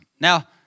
Now